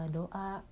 doa